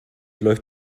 läuft